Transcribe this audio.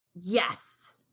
Yes